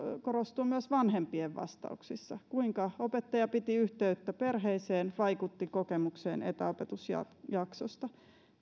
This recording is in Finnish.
korostuu myös vanhempien vastauksissa se kuinka opettaja piti yhteyttä perheeseen vaikutti kokemukseen etäopetusjaksosta